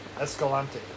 Escalante